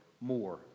more